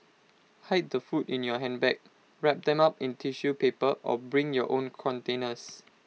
hide the food in your handbag wrap them up in tissue paper or bring your own containers